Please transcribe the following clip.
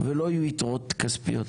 ולא יהיו יתרות כספיות,